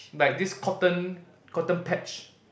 like this cotton cotton patch